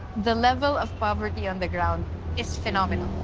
the level of poverty on the ground is phenomenal.